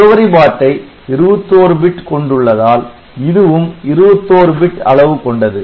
முகவரி பாட்டை 21 பிட் கொண்டுள்ளதால் இதுவும் 21 பிட் அளவு கொண்டது